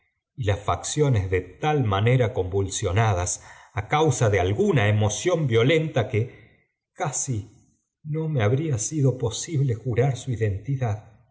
y las facciones de tal manara convu tóééiadas á oausa de alguna emoción vio dienta ée casi no me habría nido posible jura su ideómdad